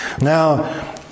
Now